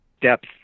depth